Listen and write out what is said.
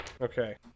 Okay